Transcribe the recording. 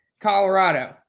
colorado